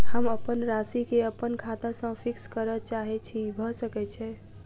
हम अप्पन राशि केँ अप्पन खाता सँ फिक्स करऽ चाहै छी भऽ सकै छै?